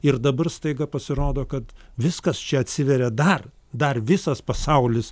ir dabar staiga pasirodo kad viskas čia atsiveria dar dar visas pasaulis